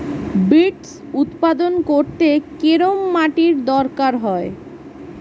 Beets উৎপাদন করতে কেরম মাটির দরকার হয়?